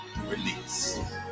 Release